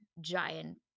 giant